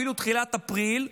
אפילו תחילת אפריל,